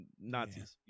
Nazis